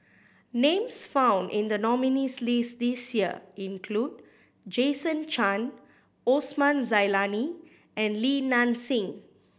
names found in the nominees' list this year include Jason Chan Osman Zailani and Li Nanxing